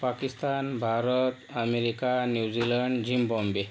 Pakistan Bharat America New Zealand Zimbabwe